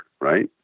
right